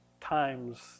times